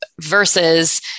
versus